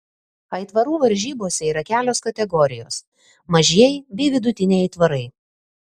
aitvarų varžybose yra kelios kategorijos mažieji bei vidutiniai aitvarai